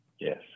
Yes